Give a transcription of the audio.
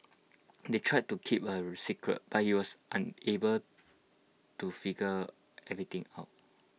they tried to keep A secret but he was unable to figure everything out